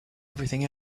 everything